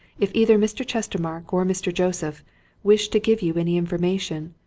if either mr. chestermarke or mr. joseph wish to give you any information,